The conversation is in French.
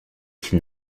qu’il